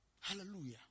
Hallelujah